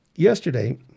Yesterday